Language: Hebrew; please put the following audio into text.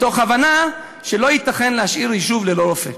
מתוך הבנה שלא ייתכן להשאיר יישוב ללא רופא.